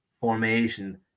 formation